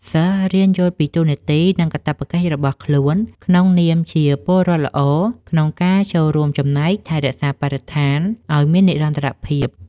សិស្សរៀនយល់ពីតួនាទី និងកាតព្វកិច្ចរបស់ខ្លួនក្នុងនាមជាពលរដ្ឋល្អ ក្នុងការចូលរួមចំណែកថែរក្សាបរិស្ថានឱ្យមាននិរន្តរភាព។